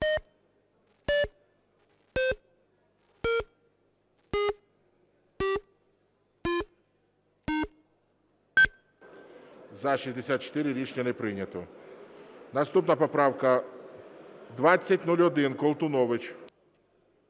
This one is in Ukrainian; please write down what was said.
За-64 Рішення не прийнято. Наступна поправка 2001, Колтунович.